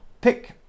pick